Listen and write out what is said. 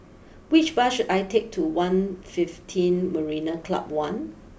which bus should I take to one fifteen Marina Club one